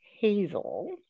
hazel